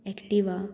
Activa